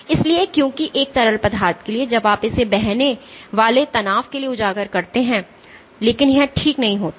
इसलिए क्योंकि एक तरल पदार्थ के लिए जब आप इसे बहने वाले तनाव के लिए उजागर करते हैं लेकिन यह ठीक नहीं होता है